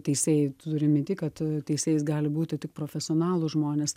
teisėjai turiu minty kad teisėjais gali būti tik profesionalūs žmonės